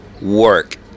work